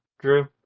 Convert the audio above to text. Drew